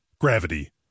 gravity